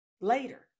later